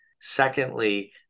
Secondly